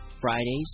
Fridays